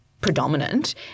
predominant